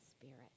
Spirit